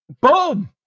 Boom